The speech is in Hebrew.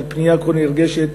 על פנייה כה נרגשת